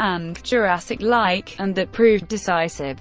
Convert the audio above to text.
and jurassic-like and that proved decisive.